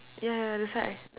yeah that's why